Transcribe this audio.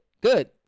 Good